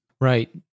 Right